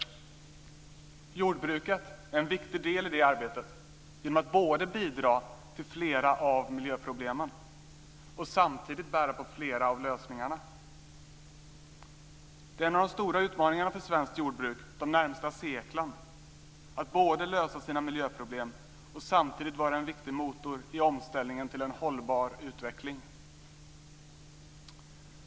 Jordbruket är en viktig del i det arbetet genom att det både bidrar till flera av miljöproblemen och samtidigt bär på flera av lösningarna. Det är en av de stora utmaningarna för svenskt jordbruk under de närmaste seklen, att man ska lösa sina miljöproblem och samtidigt vara en viktig motor i omställningen till en hållbar utveckling.